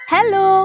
Hello